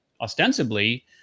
ostensibly